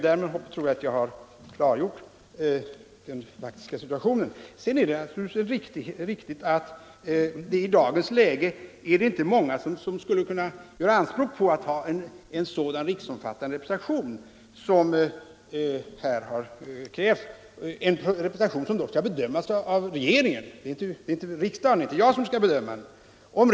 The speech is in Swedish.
Därmed tror jag att jag har klargjort den faktiska situationen. Naturligtvis är det riktigt att det i dagens läge inte är många organisationer som skulle kunna göra anspråk på att ha en så riksomfattande representation som här har krävts. Den representationen skall dock bedömas av regeringen; det är inte riksdagen och inte heller jag som skall bedöma den.